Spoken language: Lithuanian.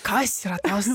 kas yra tas